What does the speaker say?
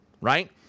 right